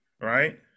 right